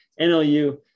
NLU